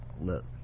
look